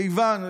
כיוון,